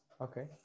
okay